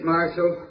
Marshal